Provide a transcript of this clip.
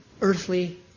Earthly